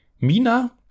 Mina